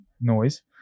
noise